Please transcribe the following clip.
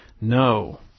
No